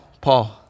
Paul